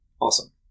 awesome